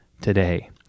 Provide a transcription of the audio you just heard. today